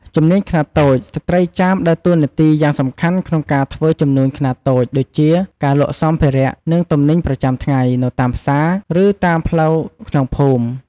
ជំនួញខ្នាតតូច ស្ត្រីចាមដើរតួនាទីយ៉ាងសំខាន់ក្នុងការធ្វើជំនួញខ្នាតតូច ដូចជា ការលក់សម្ភារៈ និងទំនិញប្រចាំថ្ងៃ នៅតាមផ្សារ ឬតាមផ្លូវក្នុងភូមិ។។